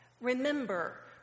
remember